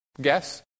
guess